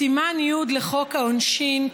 סימן י' לחוק העונשין,